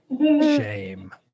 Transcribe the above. Shame